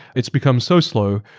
it's become so slow.